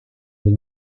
del